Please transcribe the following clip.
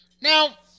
Now